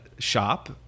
shop